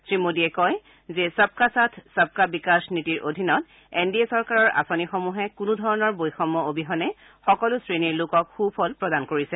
শ্ৰীমোদীয়ে কয় যে সৰকা সাথ সবকা বিকাশ নীতিৰ অধীনত এন ডি চৰকাৰৰ আঁচনিসমূহে কোনো ধৰণৰ বৈযম্য অবিহনে সকলো শ্ৰেণীৰ লোকক সুফল প্ৰদান কৰিছে